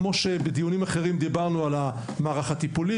כמו שבדיונים אחרים דיברנו על המערך הטיפולי